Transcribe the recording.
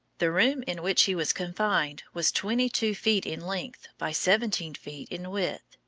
the room in which he was confined was twenty-two feet in length by seventeen feet in width.